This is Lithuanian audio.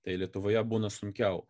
tai lietuvoje būna sunkiau